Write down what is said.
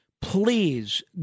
please